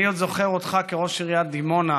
אני עוד זוכר אותך כראש עיריית דימונה.